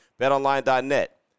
BetOnline.net